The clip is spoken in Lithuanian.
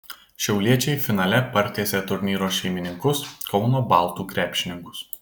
šiauliečiai finale partiesė turnyro šeimininkus kauno baltų krepšininkus